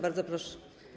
Bardzo proszę.